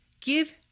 give